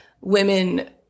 women